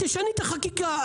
תשני את החקיקה,